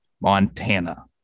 Montana